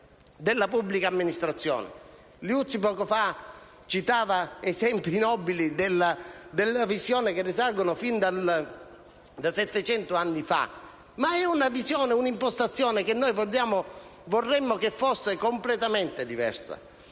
Liuzzi poco fa citava esempi nobili della visione, che risalgono fino a settecento anni fa. Ma è una visione e un'impostazione che noi vorremmo fosse completamente diversa;